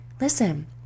listen